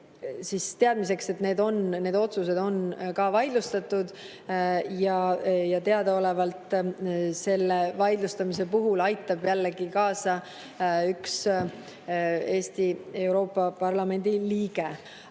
teadmiseks, et need otsused on vaidlustatud. Teadaolevalt selle vaidlustamise puhul aitab jällegi kaasa üks Euroopa Parlamendi liige